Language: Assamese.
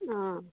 অঁ